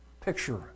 picture